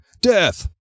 Death